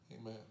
Amen